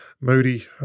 Moody